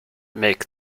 make